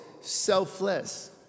selfless